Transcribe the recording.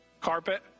carpet